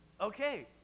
Okay